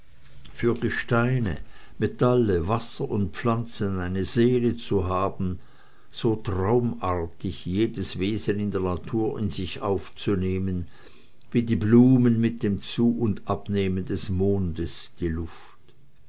für gesteine metalle wasser und pflanzen eine seele zu haben so traumartig jedes wesen in der natur in sich aufzunehmen wie die blumen mit dem zu und abnehmen des mondes die luft